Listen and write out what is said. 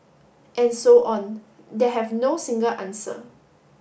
and so on that have no single answer